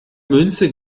münze